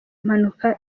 mpanuka